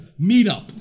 meetup